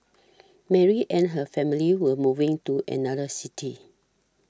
Mary and her family were moving to another city